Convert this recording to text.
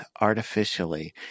artificially